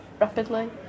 rapidly